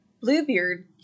Bluebeard